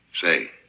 Say